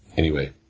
anyway,